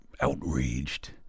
outraged